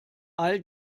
all